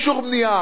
יש אישור בנייה,